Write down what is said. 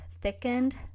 thickened